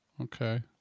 Okay